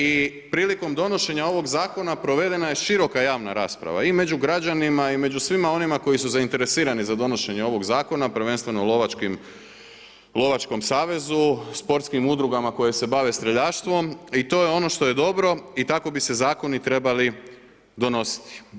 I prilikom donošenja ovoga zakona provedena je široka javna rasprava i među građanima, i među svima onima koji su zainteresirani za donošenje ovoga zakona, prvenstveno u Lovačkom savezu, sportskim udrugama koje se bave streljaštvom i to je ono što je dobro i tako bi se zakoni trebali donositi.